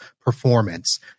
performance